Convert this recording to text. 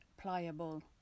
pliable